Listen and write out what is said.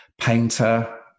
painter